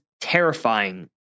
terrifying